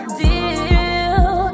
deal